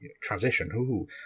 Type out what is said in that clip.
transition